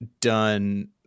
done